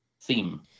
theme